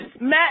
Matt